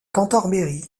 cantorbéry